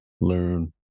learn